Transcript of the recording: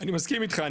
אני מסכים איתך,